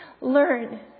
Learn